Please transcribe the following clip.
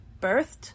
birthed